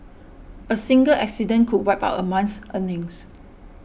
a single accident could wipe out a month's earnings